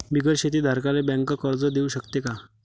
बिगर शेती धारकाले बँक कर्ज देऊ शकते का?